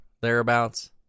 thereabouts